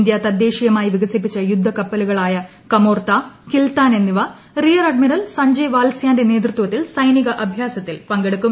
India തദ്ദേശീയമായി വികസിപ്പിച്ച യുദ്ധക്കപ്പലുകൾ ആയ കമോർത്ത കിൽത്താൻ എന്നിവ റിയർ അഡ്മിറൽ സഞ്ജയ് വാൽസ്യായന്റെ നേതൃത്വത്തിൽ സൈനിക അഭ്യാ്സത്തിൽ പങ്കെടുക്കും